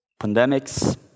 pandemics